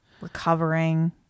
recovering